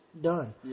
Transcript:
done